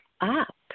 up